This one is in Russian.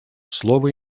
слово